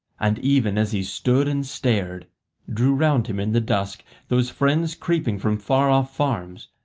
and even as he stood and stared drew round him in the dusk those friends creeping from far-off farms,